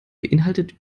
beeinhaltet